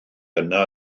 yna